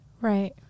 right